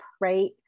right